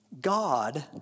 God